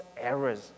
errors